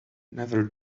never